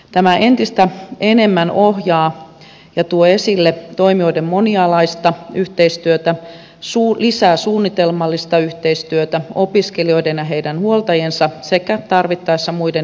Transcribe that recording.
tämä entistä enemmän ohjaa ja tuo esille toimijoiden monialaista yhteistyötä lisää suunnitelmallista yhteistyötä opiskelijoiden ja heidän huoltajiensa sekä tarvittaessa muiden yhteistyötahojen kanssa